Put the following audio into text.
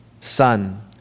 son